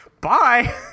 Bye